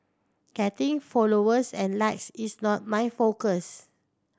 getting followers and likes is not my focus